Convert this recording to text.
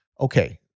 okay